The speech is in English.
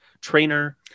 trainer